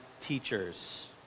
teachers